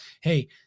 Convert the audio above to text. Hey